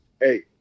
hey